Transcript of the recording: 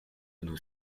nos